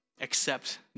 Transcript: accept